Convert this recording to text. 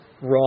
raw